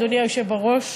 אדוני היושב בראש.